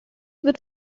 wird